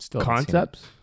concepts